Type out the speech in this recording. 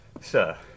Sir